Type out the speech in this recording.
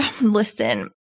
listen